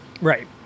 Right